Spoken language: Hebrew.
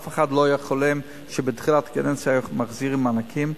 אף אחד לא היה חולם בתחילת קדנציה שיחזירו מענקים.